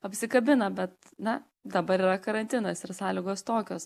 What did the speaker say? apsikabina bet na dabar yra karantinas ir sąlygos tokios